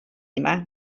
yma